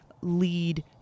lead